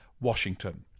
Washington